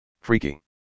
freaky